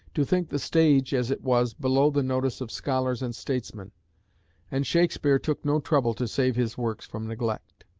to think the stage, as it was, below the notice of scholars and statesmen and shakespeare took no trouble to save his works from neglect.